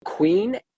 Queen